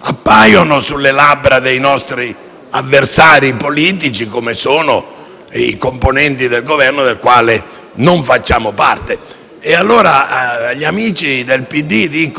appaiono sulle labbra dei nostri avversari politici, quali sono i componenti del Governo di cui non facciamo parte. Mi rivolgo agli amici del PD: